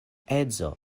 edzo